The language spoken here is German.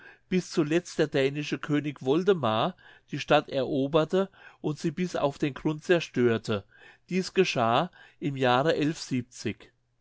bis zuletzt der dänische könig woldemar die stadt eroberte und sie bis auf den grund zerstörte dieß geschah im jahre